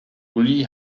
uli